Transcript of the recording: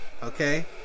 okay